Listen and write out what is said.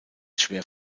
schwer